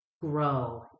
grow